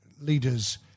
leaders